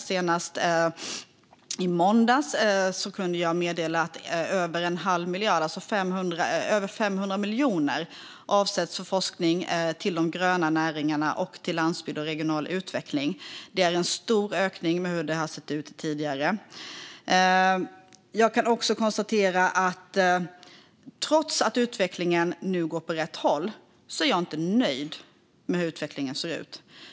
Senast i måndags kunde jag meddela att över 500 miljoner avsätts till forskning inom de gröna näringarna och landsbygd och regional utveckling. Det är en stor ökning jämfört med hur det har sett ut tidigare. Trots att utvecklingen nu går åt rätt håll är jag dock inte nöjd med hur den ser ut.